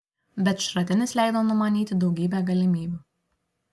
bet šratinis leido numanyti daugybę galimybių